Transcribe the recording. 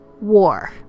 war